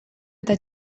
eta